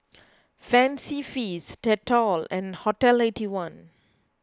Fancy Feast Dettol and Hotel Eighty One